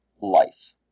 life